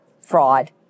fraud